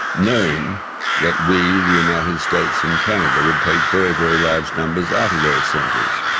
knowing that we, the united states and canada, would take very, very large numbers out of those centres.